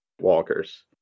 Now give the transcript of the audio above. walkers